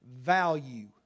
value